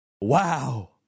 Wow